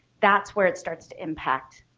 that's where it starts to impact